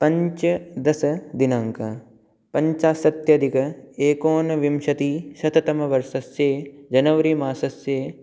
पञ्चदशदिनाङ्कः पञ्चाशदधिक एकोनविंशतिशततमवर्षस्य जनवरि मासस्य